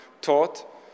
taught